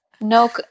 no